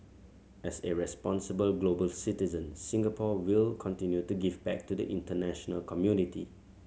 as a responsible global citizen Singapore will continue to give back to the international community